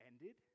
ended